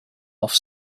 off